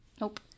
Nope